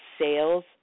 sales